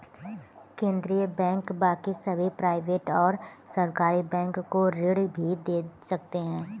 केन्द्रीय बैंक बाकी सभी प्राइवेट और सरकारी बैंक को ऋण भी दे सकते हैं